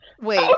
Wait